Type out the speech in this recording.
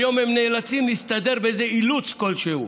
היום הם נאלצים להסתדר באיזה אילוץ כלשהו.